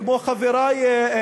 כמו חברי,